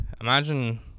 imagine –